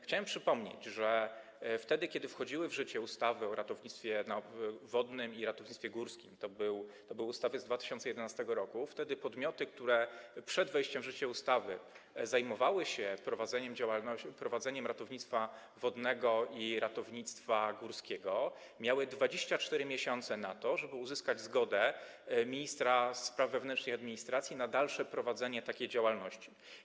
Chciałem przypomnieć, że wtedy kiedy wchodziły w życie ustawy o ratownictwie wodnym i ratownictwie górskim - to były ustawy z 2011 r. -podmioty, które przed wejściem w życie ustaw zajmowały się prowadzeniem ratownictwa wodnego i ratownictwa górskiego, miały 24 miesiące na to, żeby uzyskać zgodę ministra spraw wewnętrznych i administracji na dalsze prowadzenie takiej działalności.